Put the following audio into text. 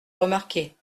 remarqué